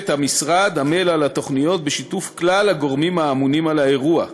גם שם הדברים עוד לא התבררו עד